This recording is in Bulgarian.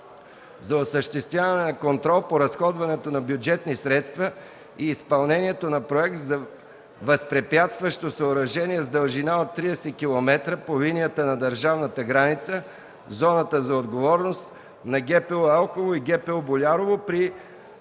за осъществяване на контрол по разходването на бюджетни средства и изпълнението на проекта за възпрепятстващо съоръжение с дължина от 30 км по линията на държавната ни граница в зоната за отговорност на ГПУ – Елхово, и ГПУ - Болярово, при